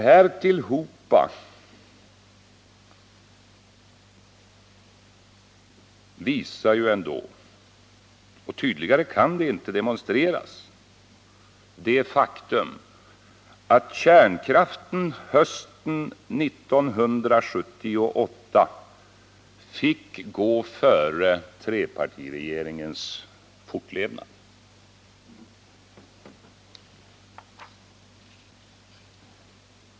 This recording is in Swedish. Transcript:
Herr talman! Tydligare kan det inte demonstreras att kärnkraften hösten 1978 fick gå före trepartiregeringens fortlevnad.